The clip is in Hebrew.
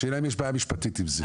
השאלה אם יש בעיה משפטית עם זה.